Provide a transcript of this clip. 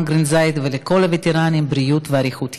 גרינזייד ולכל הווטרנים בריאות ואריכות ימים.